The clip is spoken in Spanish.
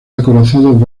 acorazados